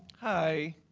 hi,